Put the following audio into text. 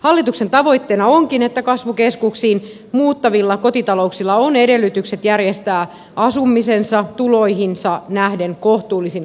hallituksen tavoitteena onkin että kasvukeskuksiin muuttavilla kotitalouksilla on edellytykset järjestää asumisensa tuloihinsa nähden kohtuullisin asumismenoin